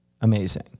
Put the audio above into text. Amazing